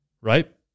right